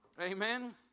amen